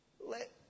Let